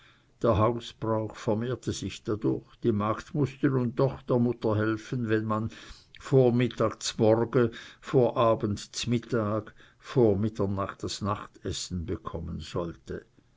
der hausbrauch vermehrte sich dadurch die magd mußte nun doch der mutter helfen wenn man vormittag z'morge vor abend z'mittag vor mitternacht z'nachtessen bekommen wollte